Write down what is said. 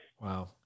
Wow